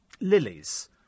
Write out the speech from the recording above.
lilies